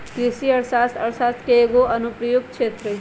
कृषि अर्थशास्त्र अर्थशास्त्र के एगो अनुप्रयुक्त क्षेत्र हइ